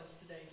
today